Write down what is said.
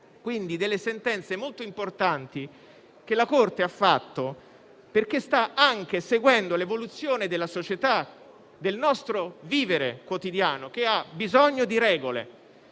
quindi, delle sentenze molto importanti che la Corte ha emesso, perché sta seguendo l'evoluzione della società e del nostro vivere quotidiano, che ha bisogno di regole.